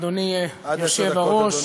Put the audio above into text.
אדוני היושב-ראש,